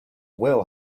will